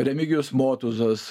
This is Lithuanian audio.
remigijus motuzas